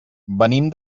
venim